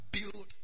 build